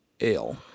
ale